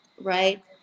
right